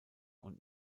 und